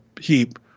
heap